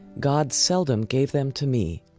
god seldom gave them to me.